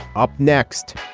up next